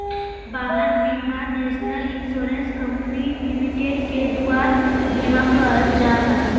वाहन बीमा national insurance company limited के दुआर बीमा कहल जाहइ